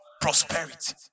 prosperity